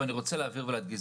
אני רוצה להדגיש,